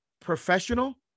professional